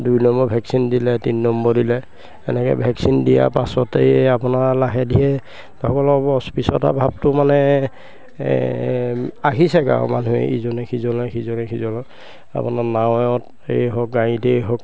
দুই number vaccine দিলে তিনি নম্বৰ দিলে এনেকৈ ভেকচিন দিয়া পাছতেই আপোনাৰ লাহে ধীৰে অস্পৃশ্য়তাৰ ভাৱটো মানে আহিছে গাঁও মানুহে ইজনে সিজনে সিজনে সিজনৰ আপোনাৰ নাৱে এই হওক গাড়ীতেই হওক